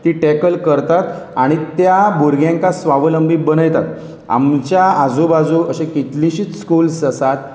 ती टॅकल करतात आनी त्या भुरग्यांक स्वावलंबी बनयतात आमच्या आजूबाजू अशी कितलीशींच स्कुल्स आसात